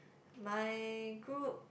my group